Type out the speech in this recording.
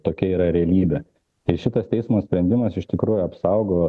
tokia yra realybė tai šitas teismo sprendimas iš tikrųjų apsaugo